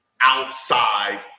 outside